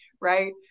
right